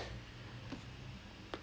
ஆமாம் ஆமாம்:aamaam aamaam the